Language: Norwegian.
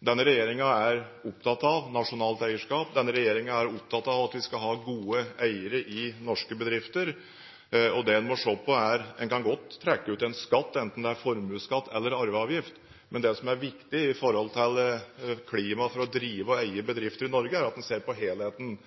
Denne regjeringen er opptatt av nasjonalt eierskap. Denne regjeringen er opptatt av at vi skal ha gode eiere i norske bedrifter. En kan godt trekke ut en skatt, enten det er formuesskatt eller arveavgift, men det som er viktig med hensyn til klimaet for å drive og eie bedrifter i Norge, er at en ser på helheten,